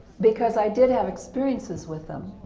because i did have experiences with them,